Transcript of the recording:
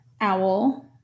owl